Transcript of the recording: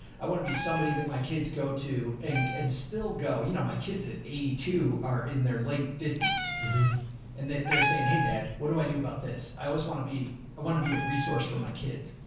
i want to be somebody that my kids go to and and still go, you know, my kids at eighty two are in their late fifties and they they're saying, hey dad, what do i do about this? i always want to be, i want to be a resource for my kids.